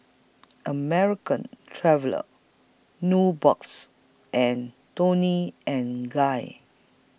American Traveller Nubox and Toni and Guy